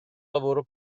lavoro